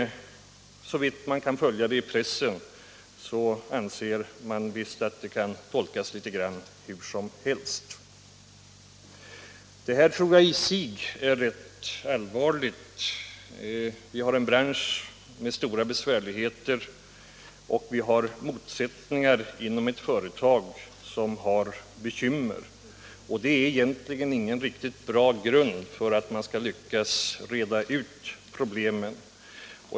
Såvitt man kan följa frågan i pressen anses det att avtalet kan tolkas litet hur som helst. Detta tror jag i sig är rätt allvarligt. Vi har en bransch med stora besvärligheter, och det råder motsättningar inom ett företag som har bekymmer. Det är egentligen ingen bra grund för att man skall lyckas reda ut problemen.